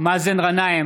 מאזן גנאים,